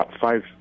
five